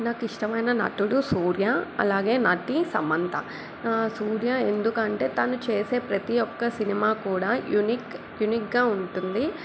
నాకిష్టమైన నటుడు సూర్య అలాగే నటి సమంత సూర్య ఎందుకంటే తను చేసే ప్రతి ఒక్క సినిమా కూడా యూనిక్ యూనిక్గా ఉంటుంది